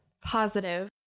positive